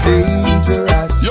Dangerous